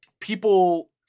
people